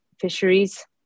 fisheries